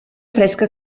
fresca